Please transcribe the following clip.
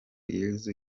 yezu